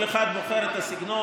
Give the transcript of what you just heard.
כל אחד בוחר את הסגנון.